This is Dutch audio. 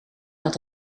dat